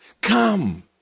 Come